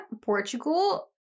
Portugal